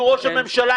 שהוא ראש הממשלה,